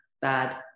bad